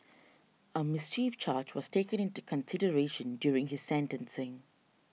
a mischief charge was taken into consideration during his sentencing